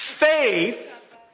Faith